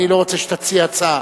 אני רוצה שתציע הצעה,